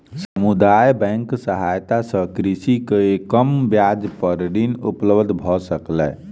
समुदाय बैंकक सहायता सॅ कृषक के कम ब्याज पर ऋण उपलब्ध भ सकलै